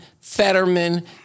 Fetterman